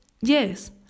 Yes